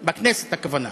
בכנסת, הכוונה.